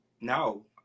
no